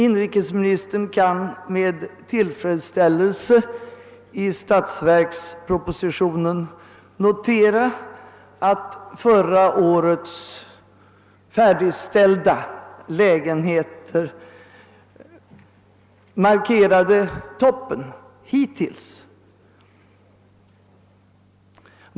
Inrikesministern kan med till notera att förra årets färdigställda lägenheter markerade toppen hittills.